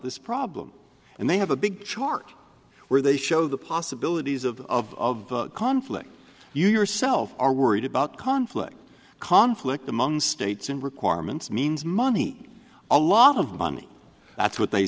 this problem and they have a big chart where they show the possibilities of of conflict you yourself are worried about conflict conflict among states and requirements means money a lot of money that's what they